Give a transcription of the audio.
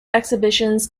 exhibitions